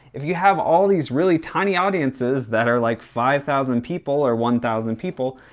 if you have all these really tiny audiences that are like five thousand people or one thousand people,